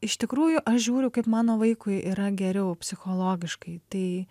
iš tikrųjų aš žiūriu kaip mano vaikui yra geriau psichologiškai tai